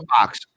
box